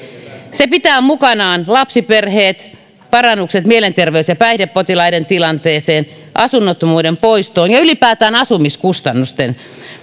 se pitää mukanaan lapsiperheet parannukset mielenterveys ja päihdepotilaiden tilanteeseen asunnottomuuden poiston ja ja ylipäätään asumiskustannusten